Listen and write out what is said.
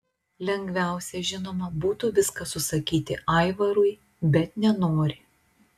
lengviausia žinoma būtų viską susakyti aivarui bet nenori